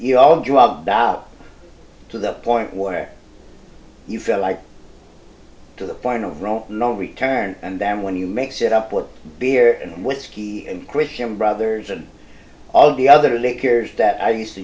you all drugged up to the point where you feel like to the point of wrong no return and then when you mix it up what beer and whiskey and christian brothers and all the other liquors that i used to